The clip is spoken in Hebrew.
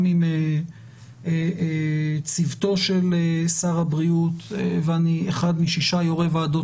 גם עם צוותו של שר הבריאות ואני אחד משישה יו"רי ועדות,